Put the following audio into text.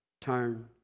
turn